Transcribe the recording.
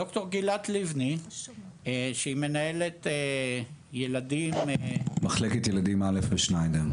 ד"ר גילת ליבני שהיא מנהלת מחלקת ילדים א' בשניידר.